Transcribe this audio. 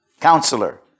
Counselor